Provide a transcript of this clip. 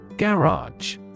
Garage